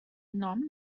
nom